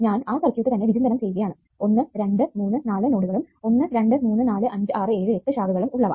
ഞാൻ ആ സർക്യൂട്ട് തന്നെ വിചിന്തനം ചെയ്യുകയാണ് 1 2 3 4 നോഡുകളും 1 2 3 4 5 6 7 8 ശാഖകളും ഉള്ളവ